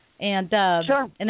Sure